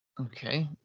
Okay